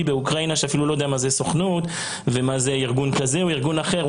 באוקראינה שאפילו לא יודע מה זה סוכנות או מה זה ארגון כזה או אחר,